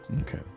okay